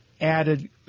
added